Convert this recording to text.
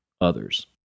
others